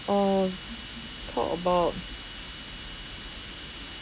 or talk about